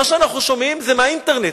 מה שאנחנו שומעים זה מהאינטרנט.